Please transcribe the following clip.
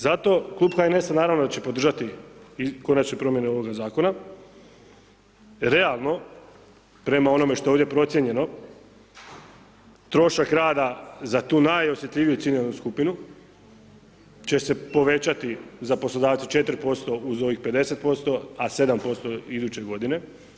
Zato Klub HNS-a naravno da će podržati konačne promjene ovoga zakona, realno prema onome što je ovdje procijenjeno, trošak rada za tu najosjetljiviju ciljanu skupinu će se povećati za poslodavca 4% uz ovih 50%, a 7% iduće godine.